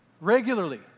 regularly